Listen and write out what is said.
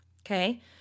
okay